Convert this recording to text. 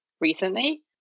recently